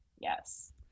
Yes